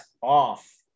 off